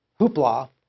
hoopla